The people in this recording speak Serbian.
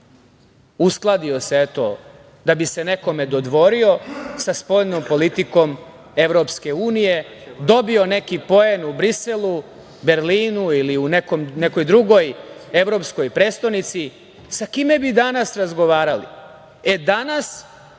Uskladio se, eto, da bi se nekome dodvorio sa spoljnom politikom EU, dobio neki poen u Briselu, Berlinu ili u nekoj drugoj evropskoj prestonici. Sa kime bi mi danas razgovarali?